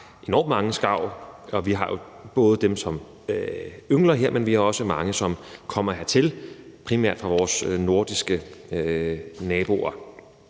enormt mange skarver. Vi har jo både dem, som yngler her, men vi har også mange, som kommer hertil, primært fra vores nordiske naboer.